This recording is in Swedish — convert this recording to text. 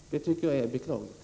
Det tycker jag är beklagligt.